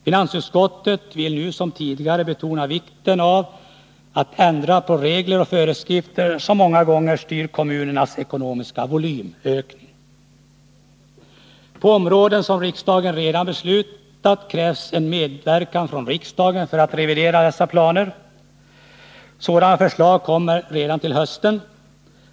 Finansutskottet vill nu som tidigare betona vikten av att man ändrar på regler och föreskrifter som kan inverka styrande på ökningen av kommunernas ekonomiska volym. På områden där riksdagen redan beslutat krävs en medverkan från riksdagen för att revidera dessa planer, och sådana förslag kommer redan till hösten.